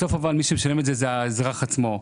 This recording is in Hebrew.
בסוף מי שמשלם את זה זה האזרח עצמו.